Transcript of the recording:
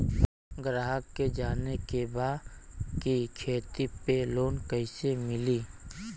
ग्राहक के जाने के बा की खेती पे लोन कैसे मीली?